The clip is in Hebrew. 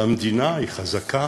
המדינה היא חזקה,